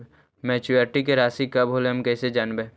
Maturity के रासि कब होलै हम कैसे जानबै?